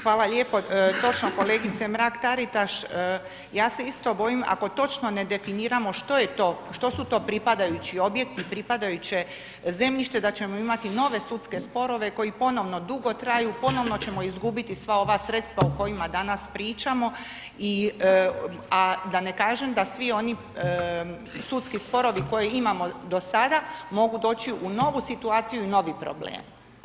Hvala lijepo, točno kolegice Mrak-Taritaš, ja se isto bojim ako točno ne definiramo što je to, što su to pripadajući objekti i pripadajuće zemljište da ćemo imati nove sudske sporove koji ponovno dugo traju, ponovno ćemo izgubiti sva ova sredstva o kojima danas pričamo i, a da ne kažem da svi oni sudski sporovi koje imamo do sada, mogu doći u novu situaciju i u novi problem.